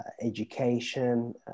education